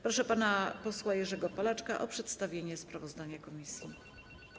Proszę pana posła Jerzego Polaczka o przedstawienie sprawozdania komisji.